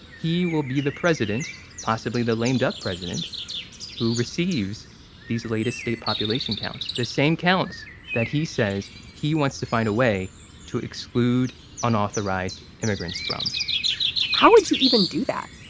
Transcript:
he will be the president, possibly the lame duck president who receives these latest population counts. the same counts that he says he wants to find a way to exclude unauthorized immigrants from how would you even do that?